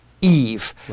Eve